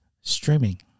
Streaming